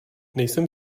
nejsem